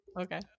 okay